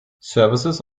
services